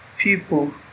people